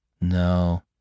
No